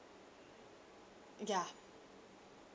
ya